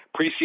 Preseason